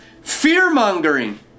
fear-mongering